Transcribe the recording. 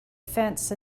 fence